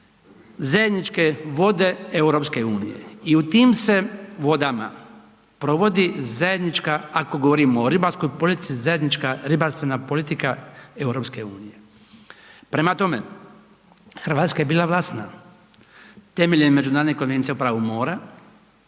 zajedničke vode EU. I u tim se vodama provodi zajednička, ako govorimo o ribarskoj politici, zajednička ribarstvena politika EU. Prema tome, Hrvatska je bila .../Govornik se ne razumije./... temeljem Međunarodne konvencije o pravu mora